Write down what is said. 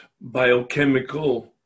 biochemical